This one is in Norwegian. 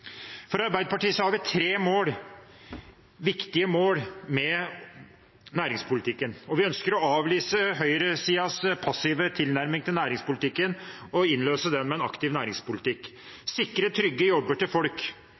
Arbeiderpartiet har vi tre viktige mål med næringspolitikken. Vi ønsker å avlyse høyresidens passive tilnærming til næringspolitikken og innløse den med en aktiv næringspolitikk. Vi vil sikre trygge jobber til folk.